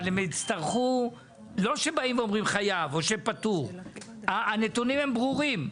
אבל זה לא שבאים ואומרים חייב או פטור; הנתונים הם ברורים.